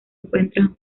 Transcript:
encuentran